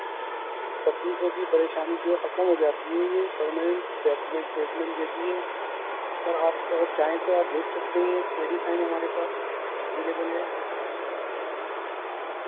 تکلیفوں کی پریشانی جو ہے ختم ہو جاتی ہے یہ پرماننٹ ٹریٹمنٹ دیتی ہے اور آپ کو چاہیں تو آپ دیکھ سکتے ہیں یہ میڈیسن ہمارے پاس اویلیبل ہے